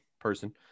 person